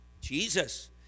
Jesus